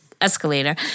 Escalator